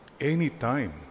Anytime